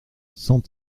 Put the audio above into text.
cent